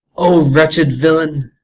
o wretched villain!